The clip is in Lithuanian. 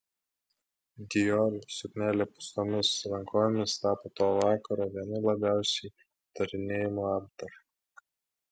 dior suknelė pūstomis rankovėmis tapo to vakaro vienu labiausiai aptarinėjamu apdaru